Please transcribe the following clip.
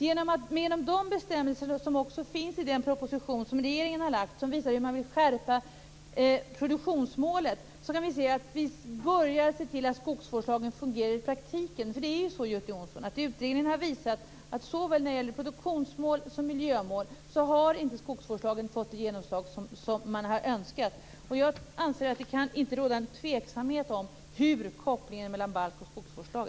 Genom de bestämmelserna, som också finns i den proposition som regeringen har lagt fram som visar hur man vill skärpa produktionsmålet, börjar vi se till att skogsvårdslagen fungerar i praktiken. Utredningen har visat, Göte Jonsson, att skogsvårdslagen inte har fått det genomslag som man hade önskat vare sig när det gäller produktionsmål eller miljömål. Jag anser att det inte kan råda någon tveksamhet om kopplingen mellan balk och skogsvårdslag.